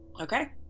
Okay